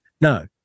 No